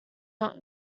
not